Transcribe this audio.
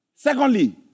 Secondly